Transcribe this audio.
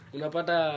Unapata